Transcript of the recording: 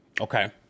okay